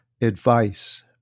advice